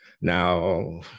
Now